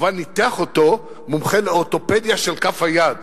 וכמובן ניתח אותו מומחה לאורתופדיה של כף היד,